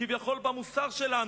כביכול במוסר שלנו.